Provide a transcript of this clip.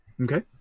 okay